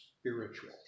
spiritual